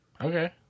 Okay